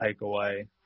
takeaway –